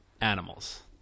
animals